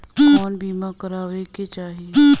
कउन बीमा करावें के चाही?